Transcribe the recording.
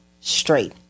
straight